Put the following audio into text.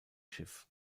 schiff